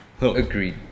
Agreed